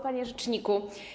Panie Rzeczniku!